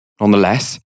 Nonetheless